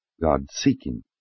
God-seeking